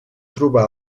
trobar